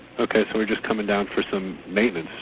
ok, so we're just coming down for some maintenance.